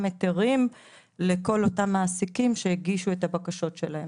היתרים לכל אותם מעסיקים שהגישו את הבקשות שלהם.